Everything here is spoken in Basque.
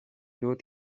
dut